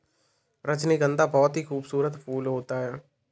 रजनीगंधा बहुत ही खुशबूदार फूल होता है